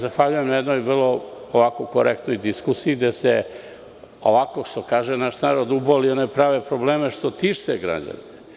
Zahvaljujem se na jednoj vrlo korektnoj diskusiji gde se ovako, što kaže naš narod, uboli one prave probleme što tište građane.